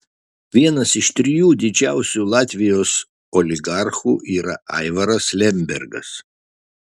vienas iš trijų didžiausių latvijos oligarchų yra aivaras lembergas